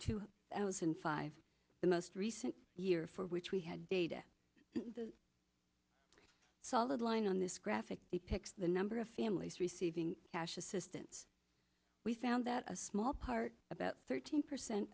two thousand and five the most recent year for which we had data solid line on this graphic pics the number of families receiving cash assistance we found that a small part about thirteen percent